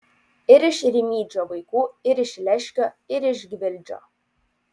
ir iš rimydžio vaikų ir iš leškio ir iš gvildžio